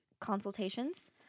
consultations